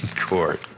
court